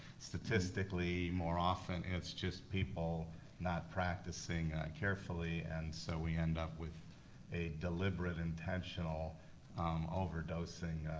statistically, more often it's just people not practicing carefully and so we end up with a deliberate, intentional overdosing,